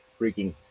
freaking